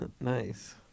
Nice